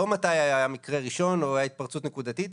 לא מתי היה מקרה ראשון או שהייתה התפרצות נקודתית,